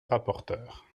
rapporteur